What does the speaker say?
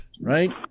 right